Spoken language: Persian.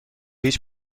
هیچ